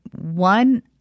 one